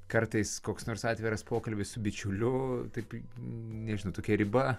kartais koks nors atviras pokalbis su bičiuliu taip nežinau tokia riba